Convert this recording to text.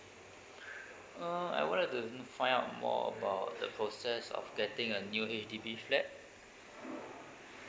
uh I would like to find out more about the process of getting a new H_D_B flat